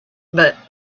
but